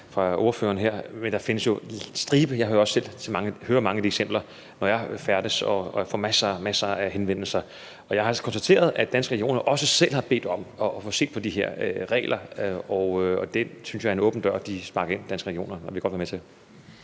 fra spørgeren her, men der findes jo en stribe. Jeg hører også selv om mange af de eksempler, når jeg færdes, og får en masse, masse henvendelser, og jeg har altså konstateret, at Danske Regioner også selv har bedt om at få set på de her regler. Det synes jeg er en åben dør Danske Regioner sparker ind, og det vil jeg godt være med til.